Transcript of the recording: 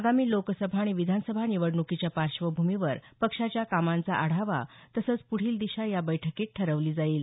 आगामी लोकसभा आणि विधानसभा निवडणुकीच्या पार्श्वभूमीवर पक्षाच्या कामांचा आढावा तसंच पूढील दिशा या बैठकीत ठरवली जाईल